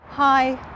Hi